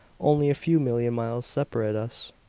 only a few million miles separate us.